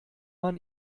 man